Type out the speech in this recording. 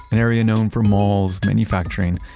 an area known for malls, manufacturing,